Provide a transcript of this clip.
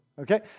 Okay